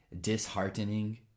disheartening